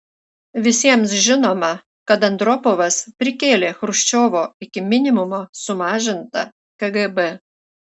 visiems žinoma kad andropovas prikėlė chruščiovo iki minimumo sumažintą kgb